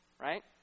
Right